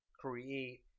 create